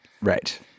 Right